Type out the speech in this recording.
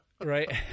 right